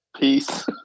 Peace